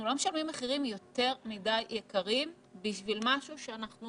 אנחנו לא משלמים מחירים יותר מדי יקרים בשביל משהו שאנחנו